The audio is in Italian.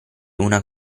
una